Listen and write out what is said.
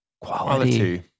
quality